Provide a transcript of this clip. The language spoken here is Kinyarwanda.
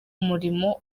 umurimo